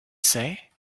say